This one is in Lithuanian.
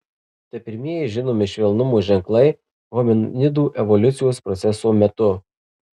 tai pirmieji žinomi švelnumo ženklai hominidų evoliucijos proceso metu